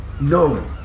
No